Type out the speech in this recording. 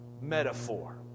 metaphor